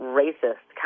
racist